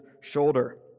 shoulder